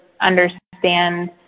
understand